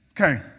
Okay